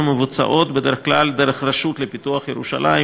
המבוצעות בדרך כלל דרך הרשות לפיתוח ירושלים,